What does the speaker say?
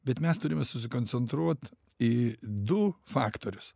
bet mes turime susikoncentruot į du faktorius